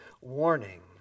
warning